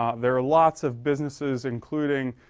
ah there lots of businesses including